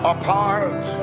apart